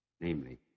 Namely